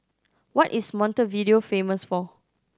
what is Montevideo famous for